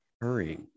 hurry